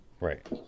Right